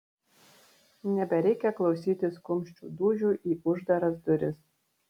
nebereikia klausytis kumščių dūžių į uždaras duris